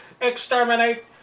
EXTERMINATE